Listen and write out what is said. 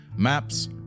maps